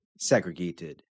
segregated